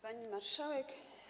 Pani Marszałek!